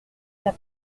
l’a